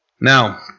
Now